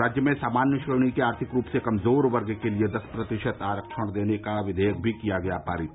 राज्य में सामान्य श्रेणी के आर्थिक रूप से कमजोर वर्ग के लिए दस प्रतिशत आरक्षण देने का विधेयक भी किया गया पारित